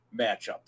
matchup